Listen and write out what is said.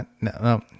no